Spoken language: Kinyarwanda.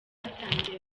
batangiye